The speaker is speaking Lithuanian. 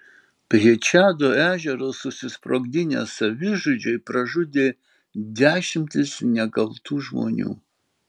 prie čado ežero susisprogdinę savižudžiai pražudė dešimtis nekaltų žmonių